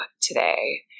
today